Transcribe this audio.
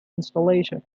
installation